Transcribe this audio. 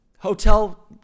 Hotel